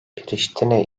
priştine